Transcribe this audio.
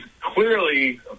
clearly